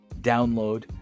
download